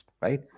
right